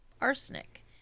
arsenic